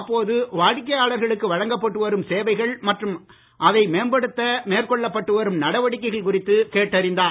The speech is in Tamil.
அப்போது வாடிக்கையாளர்களுக்கு வழங்கப்பட்டு வரும் சேவைகள் மற்றும் அதை மேம்படுத்த மேற்கொள்ளப்பட்டு வரும் நடவடிக்கைகள் குறித்து கேட்டறிந்தார்